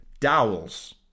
Dowels